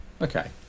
Okay